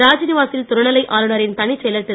ராஜ்நிவா சில் துணைநிலை ஆளுனரின் தனிச்செயலர் திரு